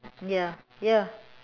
ya ya